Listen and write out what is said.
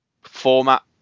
format